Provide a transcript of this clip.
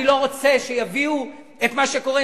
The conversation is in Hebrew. אני לא רוצה שיביאו את מה שקורה,